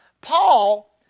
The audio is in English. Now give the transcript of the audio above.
Paul